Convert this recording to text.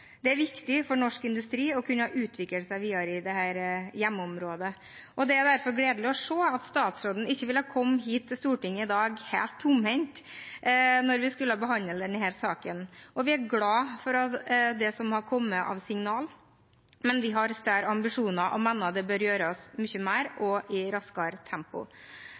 Det er viktig for norsk industri å kunne utvikle seg videre på dette hjemmeområdet, og det er derfor gledelig å se at statsråden ikke ville komme helt tomhendt hit til Stortinget i dag når vi skulle behandle denne saken. Vi er glade for det som har kommet av signaler, men vi har større ambisjoner og mener det bør gjøres mye mer og i raskere tempo.